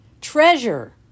Treasure